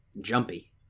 jumpy